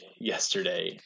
yesterday